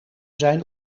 zijn